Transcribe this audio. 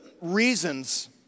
reasons